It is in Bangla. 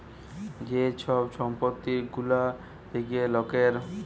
যে ছব সম্পত্তি গুলা থ্যাকে লকের